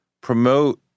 promote